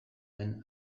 den